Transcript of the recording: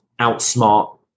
outsmart